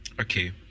Okay